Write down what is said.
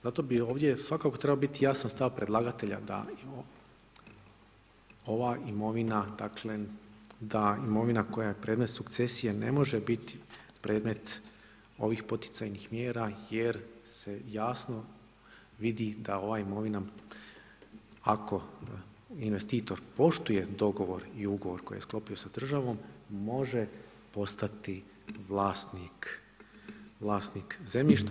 Zato bi ovdje svakako trebao biti jasan stav predlagatelja da ova imovina, dakle da imovina koja je predmet sukcesije ne može biti predmet ovih poticajnih mjera jer se jasno vidi da ova imovina ako investitor poštuje dogovor i ugovor koji je sklopio sa državom može postati vlasnik zemljišta.